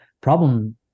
problem